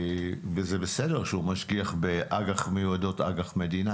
וזה בסדר שהוא משקיע במיועדות אג"ח מדינה,